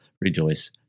rejoice